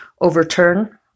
overturn